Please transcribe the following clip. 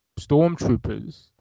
stormtroopers